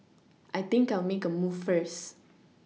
I think I'll make a move first